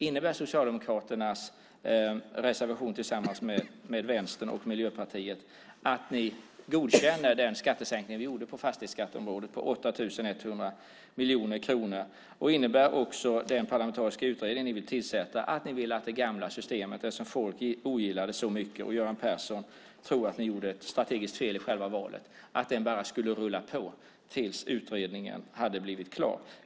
Innebär Socialdemokraternas reservation, tillsammans med Vänstern och Miljöpartiet, att ni godkänner den skattesänkning som vi gjorde på fastighetsskatteområdet på 8 100 miljoner kronor? Och innebär den parlamentariska utredning som ni ville tillsätta att ni ville att det gamla systemet som folk ogillade så mycket - och Göran Persson tror att ni gjorde ett strategiskt fel i själva valet - bara skulle rulla på tills utredningen hade blivit klar?